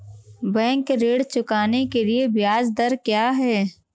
Bank ऋण चुकाने के लिए ब्याज दर क्या है?